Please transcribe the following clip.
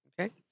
Okay